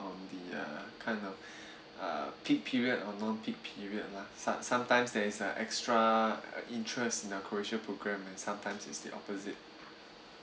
on the uh kind of uh peak period or non peak period lah some~ sometimes there is a extra interest in our croatia program and sometimes it's the opposite